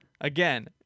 again